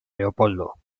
leopoldo